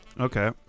Okay